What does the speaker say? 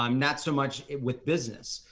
um not so much with business.